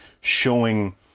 showing